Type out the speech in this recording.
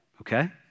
Okay